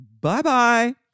bye-bye